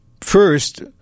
First